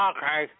Okay